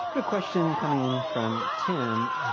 a question coming in from tim,